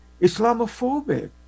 islamophobic